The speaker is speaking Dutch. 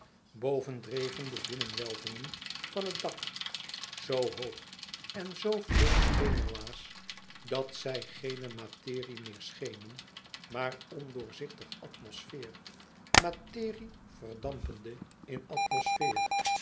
boven dreven de binnenwelvingen van het dak zoo hoog en zoo vol schemerwaas dat zij geene materie meer schenen maar ondoorzichtige atmosfeer materie verdampende in atmosfeer